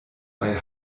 bei